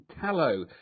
tallow